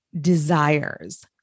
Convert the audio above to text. desires